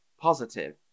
positive